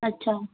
ਅੱਛਾ